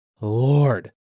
lord